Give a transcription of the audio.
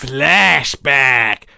Flashback